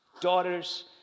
daughters